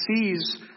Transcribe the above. sees